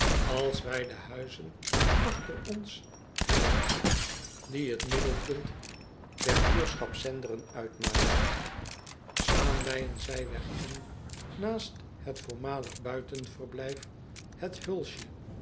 als wij de huizen achter ons hebben die het acobus raandijk andelingen door ederland met pen en potlood eel middelpunt der buurschap enderen uitmaken slaan wij een zijweg in naast het voormalig buitenverblijf het u